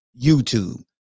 YouTube